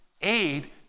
aid